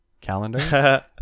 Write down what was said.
calendar